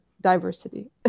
diversity